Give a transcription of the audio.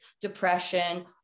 depression